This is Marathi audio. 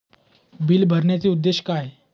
बिल भरण्याचे उद्देश काय?